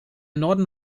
norden